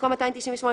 במקום "298,